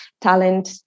talent